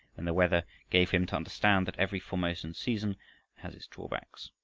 when the weather gave him to understand that every formosan season has its drawbacks.